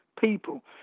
people